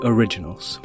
Originals